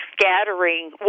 scattering